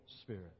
spirit